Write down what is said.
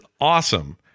awesome